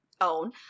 own